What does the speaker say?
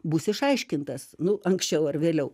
bus išaiškintas nu anksčiau ar vėliau